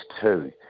two